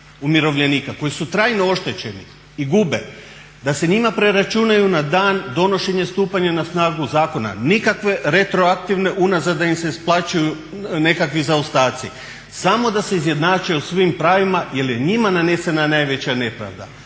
koji su trajno oštećeni i gube, da se njima preračunaju na dan donošenja stupanja na snagu zakona nikakve retroaktivne unazad da im se isplaćuju nekakvi zaostaci, samo da se izjednače u svim pravima jel je njima nanesena najveća nepravda.